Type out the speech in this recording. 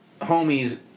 homies